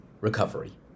recovery